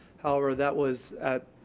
however, that was